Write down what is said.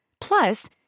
Plus